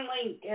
Link